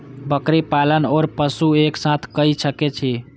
बकरी पालन ओर पशु एक साथ कई सके छी?